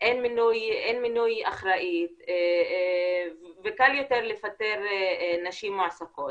אין מינוי אחראית וקל יותר לפטר נשים מועסקים,